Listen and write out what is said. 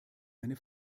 meine